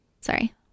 Sorry